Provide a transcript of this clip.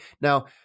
Now